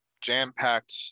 Jam-packed